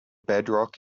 bedrock